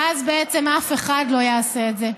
ואז בעצם אף אחד לא יעשה את זה.